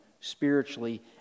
spiritually